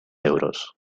euros